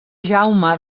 jaume